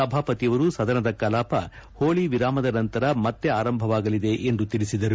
ಸಭಾಪತಿಯವರು ಸದನದ ಕಲಾಪ ಹೋಳ ವಿರಾಮದ ನಂತರ ಮತ್ತೆ ಆರಂಭವಾಗಲಿದೆ ಎಂದು ತಿಳಿಸಿದರು